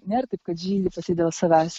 nėr taip kad žydi pati dėl savęs